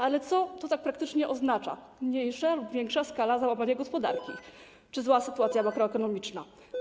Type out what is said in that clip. Ale co to tak praktycznie oznacza: mniejsza lub większa skala załamania gospodarki czy zła sytuacja makroekonomiczna?